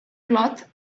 cloth